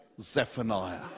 Zephaniah